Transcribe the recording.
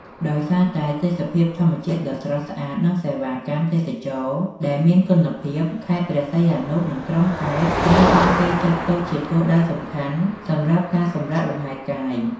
ដោយសារតែទេសភាពធម្មជាតិដ៏ស្រស់ស្អាត និងសេវាកម្មទេសចរណ៍ដែលមានគុណភាព ខេត្តព្រះសីហនុ និងក្រុងកែប ត្រូវបានគេចាត់ទុកជាគោលដៅសំខាន់ សម្រាប់ការសម្រាកលំហែកាយ។